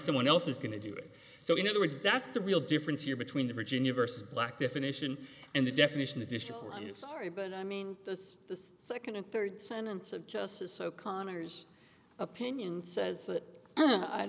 someone else is going to do it so in other words that's the real difference here between the virginia versus black definition and the definition addition sorry but i mean that's the second and third sentence of justice o'connor's opinion says